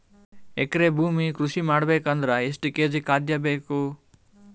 ಎಕರೆ ಭೂಮಿ ಕೃಷಿ ಮಾಡಬೇಕು ಅಂದ್ರ ಎಷ್ಟ ಕೇಜಿ ಖಾದ್ಯ ಬೇಕು?